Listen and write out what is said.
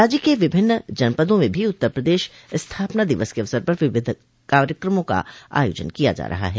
राज्य के विभिन्न जनपदों में भी उत्तर प्रदेश स्थापना दिवस के अवसर पर विविध कार्यक्रमों का आयोजन किया जा रहा है